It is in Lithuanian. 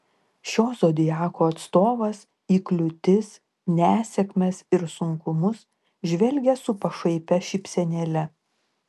šio zodiako atstovas į kliūtis nesėkmes ir sunkumus žvelgia su pašaipia šypsenėle